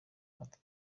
ati